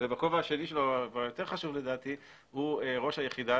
והכובע השני שלו והיותר חשוב לדעתי הוא ראש היחידה